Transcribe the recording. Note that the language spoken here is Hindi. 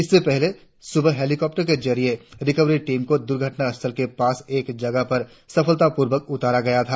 इससे पहले सुबह हेलीकॉप्टर के जरिए रिकवरी टीम को दुर्घटना स्थल के पास के एक जगह पर सफलतापूर्वक उतारा गया था